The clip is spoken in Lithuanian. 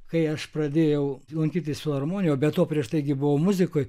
kai aš pradėjau lankytis filharmonijoj be to prieš tai gi buvau muzikoj